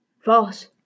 False